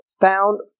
Found